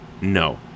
No